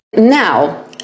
now